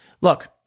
Look